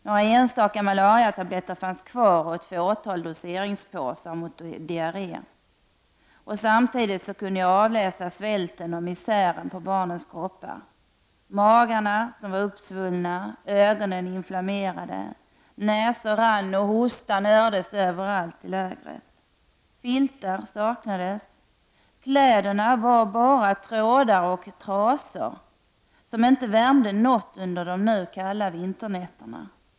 Kvar fanns några malariatabletter och ett fåtal doseringspåsar mot diarré. Vi kunde avläsa svälten och misären på barnens kroppar. Magarna var uppsvullna, ögonen inflammerade, näsor rann, och hostan hördes överallt i lägret. Filtar saknades, kläderna var bara trådar och trasor, som inte värmde något under de nu kalla vinternätterna.